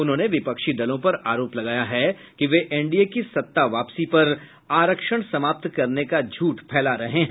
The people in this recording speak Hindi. उन्होंने विपक्षी दलों पर आरोप लगाया है कि वे एनडीए की सत्ता वापसी पर आरक्षण समाप्त करने का झूठ फैला रहे हैं